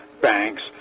banks